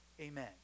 amen